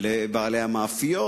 לבעלי המאפיות,